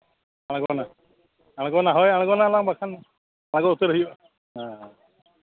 ᱦᱳᱭ ᱟᱬᱜᱚᱱᱟ ᱟᱬᱜᱚᱱᱟ ᱚᱱᱟ ᱵᱟᱠᱷᱟᱱ ᱟᱬᱜᱚ ᱩᱛᱟᱹᱨ ᱦᱩᱭᱩᱜᱼᱟ ᱦᱮᱸ ᱦᱮᱸ